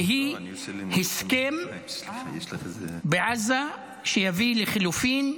והיא הסכם בעזה שיביא לחילופין,